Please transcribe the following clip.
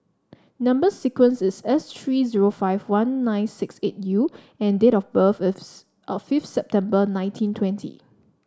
number sequence is S three zero five one nine six eight U and date of birth O fifth September nineteen twenty